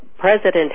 president